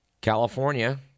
California